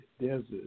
deserts